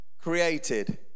created